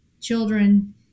children